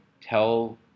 tell